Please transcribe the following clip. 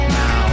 now